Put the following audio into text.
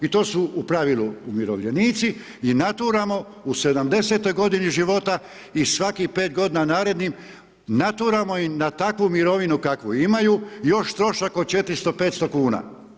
I to su u pravilu umirovljenici i naturamo u 70-toj godini života i svaki pet godina narednih naturamo im na takvu mirovinu kakvu imaju još trošak od 400, 500 kn.